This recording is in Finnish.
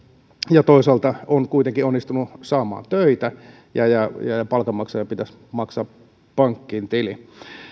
ja toisaalta on kuitenkin onnistunut saamaan töitä ja ja palkanmaksajan pitäisi maksaa pankkiin tili